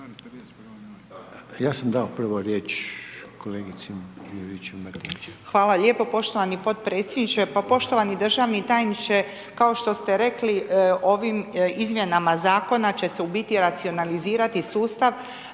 Ja sam dao prvo riječ kolegici Juričev-Martinčev.